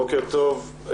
בוקר טוב.